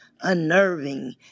unnerving